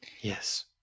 Yes